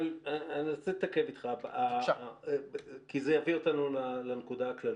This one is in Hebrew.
רוצה להתעכב איתך כי זה יביא אותנו לנקודה הכללית.